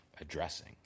addressing